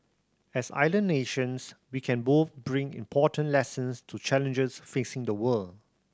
as island nations we can both bring important lessons to challenges facing the world